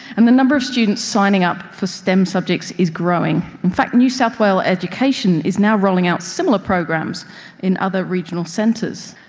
and the number of students signing up for stem subjects is growing. in fact new south wales education is now running out similar programs in other regional centres.